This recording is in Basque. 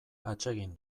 atsegin